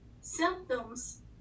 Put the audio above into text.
symptoms